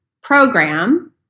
program